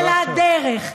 על הדרך,